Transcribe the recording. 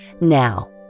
Now